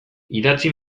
idatzi